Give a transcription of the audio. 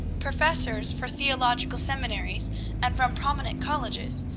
professors for theological seminaries and from prominent colleges,